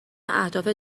اهداف